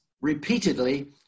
repeatedly